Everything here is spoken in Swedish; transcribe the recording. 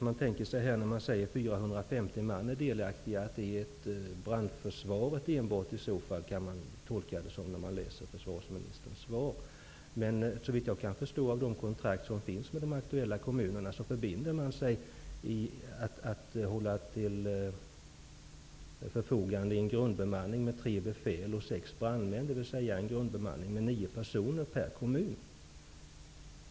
När det i försvarsministerns svar sägs att 450 man är delaktiga, kan det tolkas som att gälla enbart brandförsvaret. Men såvitt jag förstår av de kontrakt som finns med de aktuella kommunerna, förbinder man sig att hålla en grundbemanning till förfogande bestående av tre befäl och sex brandmän, dvs. en grundbemanning bestående av nio personer per kommun.